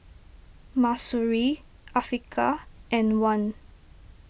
Mahsuri Afiqah and Wan